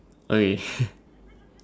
okay